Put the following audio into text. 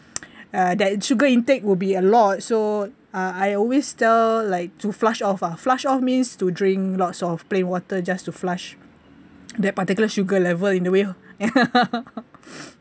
that sugar intake will be a lot so uh I always tell like to flush off ah flush off means to drink lots of plain water just to flush that particular sugar level in the way